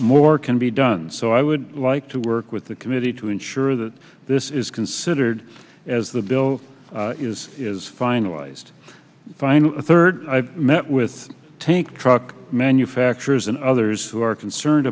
more can be done so i would like to work with the committee to ensure that this is considered as the bill is finalized final third i've met with tank truck manufacturers and others who are concerned